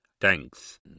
Thanks